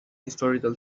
historical